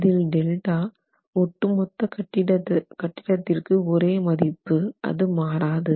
இதில் Δ ஒட்டுமொத்த கட்டிடத்திற்கு ஒரே மதிப்பு அது மாறாது